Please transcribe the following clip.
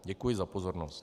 Děkuji za pozornost.